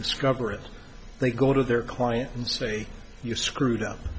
discover it they go to their client and say you screwed up